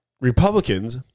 Republicans